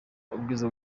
ubwiza